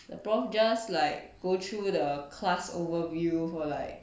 the prof just like go through the class overview for like